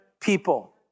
people